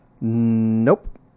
Nope